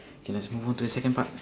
K let's move on to the second part